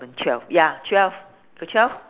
~ven twelve ya twelve you got twelve